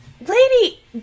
Lady